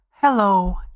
Hello